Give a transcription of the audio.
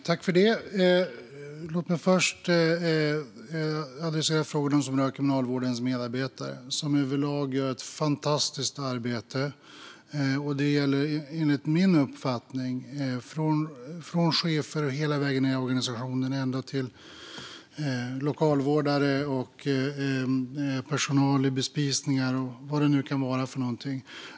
Fru talman! Låt mig först adressera frågorna som rör Kriminalvårdens medarbetare, som överlag gör ett fantastiskt arbete. Detta gäller enligt min uppfattning alla, från chefer hela vägen ned i organisationen till lokalvårdare, personal i bespisningar och vad det nu kan vara.